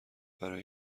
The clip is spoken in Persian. برای